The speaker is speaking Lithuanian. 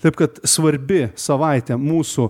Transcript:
taip kad svarbi savaitė mūsų